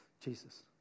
Jesus